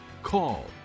call